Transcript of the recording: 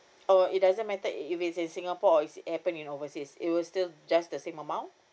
oh it doesn't matter if it's in singapore or is it happen in overseas it will still just the same amount